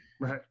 Right